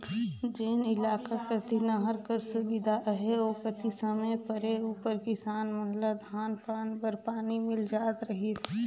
जेन इलाका कती नहर कर सुबिधा अहे ओ कती समे परे उपर किसान मन ल धान पान बर पानी मिल जात रहिस